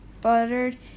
buttered